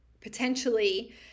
potentially